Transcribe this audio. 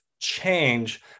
Change